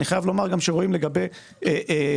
אני חייב לומר גם שכשרואים גם לגבי כל